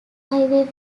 highway